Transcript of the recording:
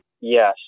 Yes